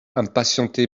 impatienté